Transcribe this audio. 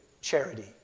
charity